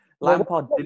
Lampard